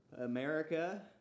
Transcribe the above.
America